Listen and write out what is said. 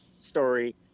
story